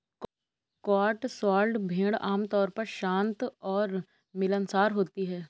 Cotswold भेड़ आमतौर पर शांत और मिलनसार होती हैं